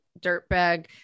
dirtbag